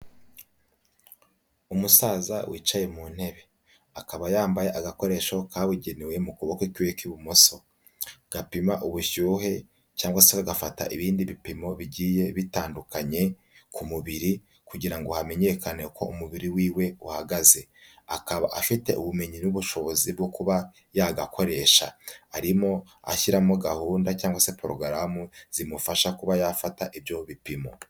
Umusaza wicaye mu ntebe, akaba yambaye agakoresho kabugenewe mu kuboko kwiwe k'ibumoso, gapima ubushyuhe cyangwa se kagafata ibindi bipimo bigiye bitandukanye ku mubiri kugira ngo hamenyekane uko umubiri wiwe uhagaze, akaba afite ubumenyi n'ubushobozi bwo kuba yagakoresha arimo ashyiramo gahunda cyangwa se porogaramu zimufasha kuba yafata ibyo bipimo.